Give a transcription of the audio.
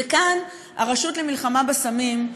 וכאן, הרשות למלחמה בסמים,